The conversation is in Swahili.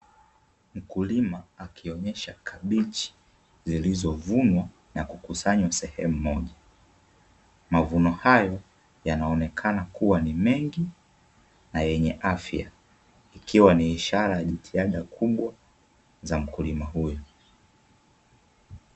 Mkulima akionyesha kabichi zilizovunwa na kukusanywa sehemu moja. Mavuno hayo yanaonekana kuwa ni mengi na yenye afya, ikiwa ni ishara ya jitihada kubwa za mkulima huyo